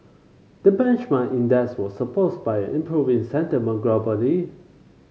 the benchmark index was supports by improving sentiment globally